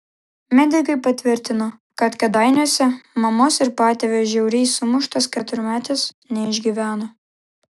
medikai patvirtino kad kėdainiuose mamos ir patėvio žiauriai sumuštas keturmetis neišgyveno